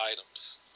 items